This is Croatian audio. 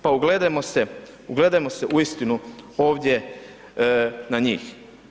Pa ugledajmo se, ugledajmo se uistinu ovdje na njih.